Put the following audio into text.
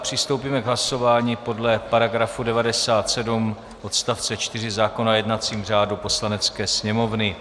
Přistoupíme k hlasování podle § 97 odst. 4 zákona o jednacím řádu Poslanecké sněmovny.